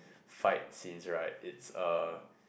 fight scenes right it's a